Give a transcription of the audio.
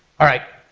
alright.